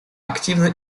активно